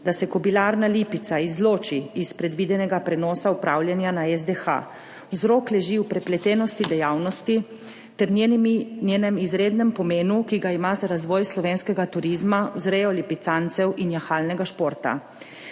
da se Kobilarna Lipica izloči iz predvidenega prenosa upravljanja na SDH. Vzrok leži v prepletenosti dejavnosti ter njenem izrednem pomenu, ki ga ima za razvoj slovenskega turizma, vzrejo lipicancev in jahalnega športa.